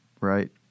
right